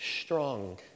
strong